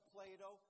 Plato